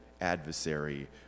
adversary